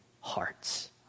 hearts